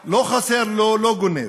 לו/ לא חסר לו, לא גונב.